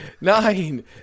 nine